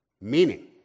Meaning